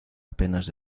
apenas